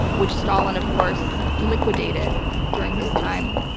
which stalin of course liquidated during his time.